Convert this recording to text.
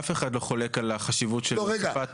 אף אחד לא חולק על החשיבות של הוספת --- לא,